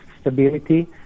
stability